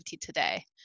today